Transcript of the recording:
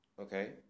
Okay